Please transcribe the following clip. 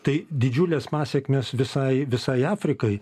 tai didžiulės pasekmės visai visai afrikai